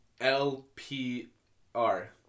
L-P-R